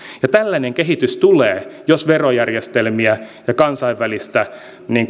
ja tällainen kehitys tulee jos verojärjestelmiä ja kansainvälistä